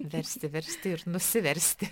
versti versti ir nusiversti